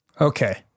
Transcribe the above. Okay